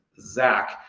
Zach